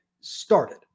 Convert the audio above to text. started